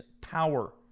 power